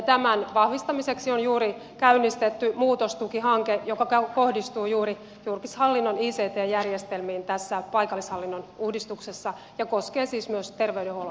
tämän vahvistamiseksi on juuri käynnistetty muutostukihanke joka kohdistuu juuri julkishallinnon ict järjestelmiin tässä paikallishallinnon uudistuksessa ja koskee siis myös terveydenhuollon järjestelmiä